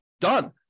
Done